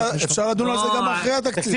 אפשר לדון על זה גם אחרי התקציב.